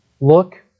Look